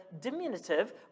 diminutive